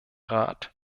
rat